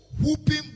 whooping